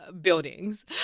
buildings